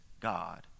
God